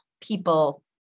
people